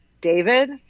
David